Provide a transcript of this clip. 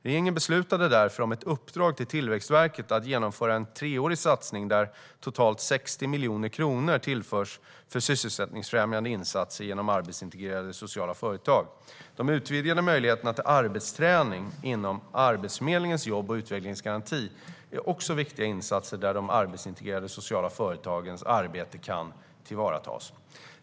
Regeringen beslutade därför om ett uppdrag till Tillväxtverket att genomföra en treårig satsning där totalt 60 miljoner kronor tillförs för sysselsättningsfrämjande insatser genom arbetsintegrerande sociala företag. De utvidgade möjligheterna till arbetsträning inom Arbetsförmedlingens jobb och utvecklingsgaranti är också viktiga insatser där de arbetsintegrerande sociala företagens arbete kan tillvaratas.